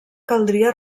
caldria